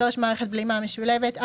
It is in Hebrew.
מערכת בלימה משולבת.